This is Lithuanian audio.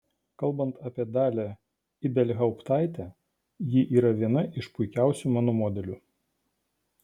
kalbant apie dalią ibelhauptaitę ji yra viena iš puikiausių mano modelių